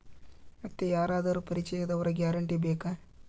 ಮತ್ತೆ ಯಾರಾದರೂ ಪರಿಚಯದವರ ಗ್ಯಾರಂಟಿ ಬೇಕಾ?